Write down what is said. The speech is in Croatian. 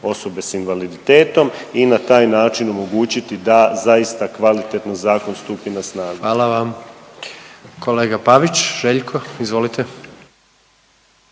osobe sa invaliditetom i na taj način omogućiti da zaista kvalitetno zakon stupi na snagu. **Jandroković, Gordan (HDZ)** Hvala vam. Kolega Pavić Željko, izvolite.